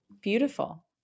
beautiful